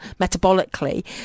metabolically